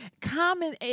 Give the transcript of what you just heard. common